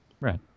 Right